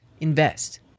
invest